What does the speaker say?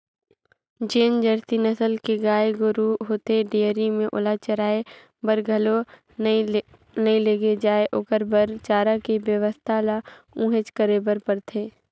जेन जरसी नसल के गाय गोरु होथे डेयरी में ओला चराये बर घलो नइ लेगे जाय ओखर बर चारा के बेवस्था ल उहेंच करे बर परथे